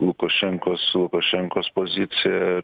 lukašenkos lukašenkos pozicija